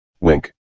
wink